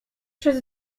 przed